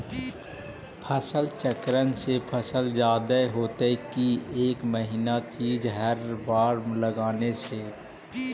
फसल चक्रन से फसल जादे होतै कि एक महिना चिज़ हर बार लगाने से?